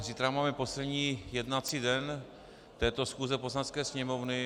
Zítra máme poslední jednací den této schůze Poslanecké sněmovny.